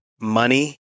Money